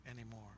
anymore